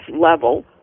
level